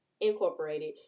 incorporated